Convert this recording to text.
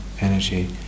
energy